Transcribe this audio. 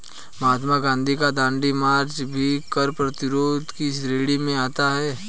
महात्मा गांधी का दांडी मार्च भी कर प्रतिरोध की श्रेणी में आता है